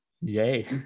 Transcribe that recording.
yay